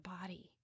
body